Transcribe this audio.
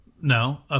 No